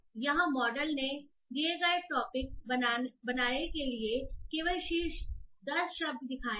यहाँ मॉडल ने दिए गए टॉपिक बनाया के लिए केवल शीर्ष 10 शब्द दिखाए हैं